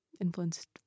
influenced